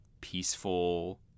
peaceful